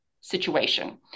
situation